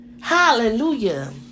Hallelujah